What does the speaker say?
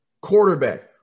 quarterback